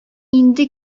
инде